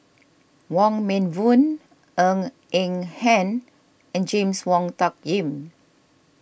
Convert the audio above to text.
Wong Meng Voon Ng Eng Hen and James Wong Tuck Yim